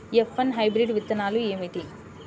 F one hybrid విత్తనాలు ఏమిటి?